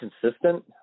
consistent